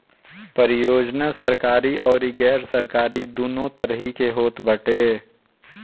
परियोजना सरकारी अउरी गैर सरकारी दूनो तरही के होत बाटे